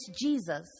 Jesus